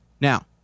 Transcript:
Now